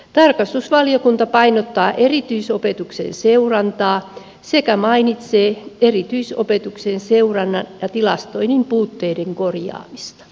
tarkastusvaliokunta painottaa erityisopetuksen seurantaa sekä mainitsee erityisopetuksen seurannan ja tilastoinnin puutteiden korjaamisesta